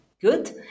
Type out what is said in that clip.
good